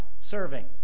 serving